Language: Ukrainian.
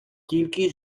тільки